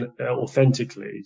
authentically